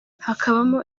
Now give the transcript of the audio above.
hakabamo